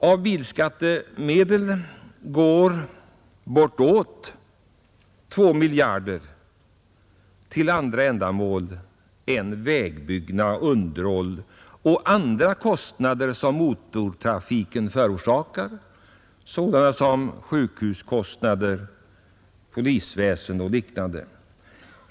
Av bilskattemedel går bortåt 2 miljarder till andra ändamål än vägbyggnad och underhåll samt andra kostnader som motortrafiken förorsakar — sjukhuskostnader, kostnader för polisväsendet o. d.